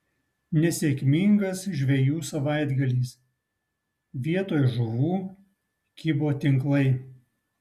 nesėkmingas žvejų savaitgalis vietoj žuvų kibo tinklai